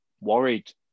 worried